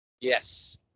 Yes